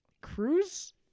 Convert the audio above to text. Cruise